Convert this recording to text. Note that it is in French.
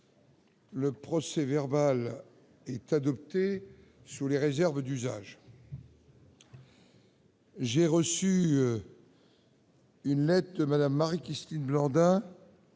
Le procès-verbal est adopté sous les réserves d'usage. J'ai reçu une lettre de Mme Marie-Christine Blandin